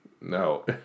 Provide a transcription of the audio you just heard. No